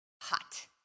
hot